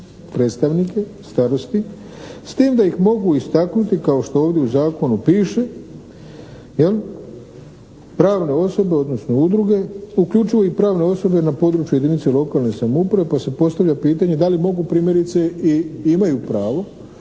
predstavnike starosti, s tim da ih mogu istaknuti kao što ovdje u zakonu piše, pravne osobe odnosno udruge uključuju i pravne osobe na području jedinice lokalne samouprave pa se postavlja pitanje da li mogu primjerice i imaju pravo